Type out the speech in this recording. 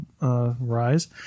rise